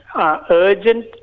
urgent